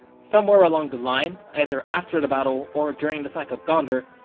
somewhere along the line, either after the battle or during the sack of gondar,